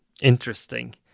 Interesting